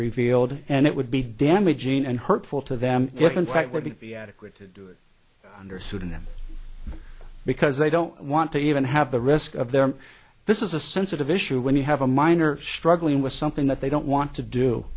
revealed and it would be damaging and hurtful to them yet and that would be adequate to do it under pseudonym because they don't want to even have the risk of them this is a sensitive issue when you have a minor struggling with something that they don't want to do